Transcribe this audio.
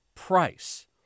price